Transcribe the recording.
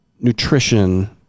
nutrition